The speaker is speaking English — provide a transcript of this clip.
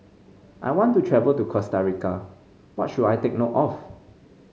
I want to travel to Costa Rica what should i take note of